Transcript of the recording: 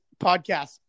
podcast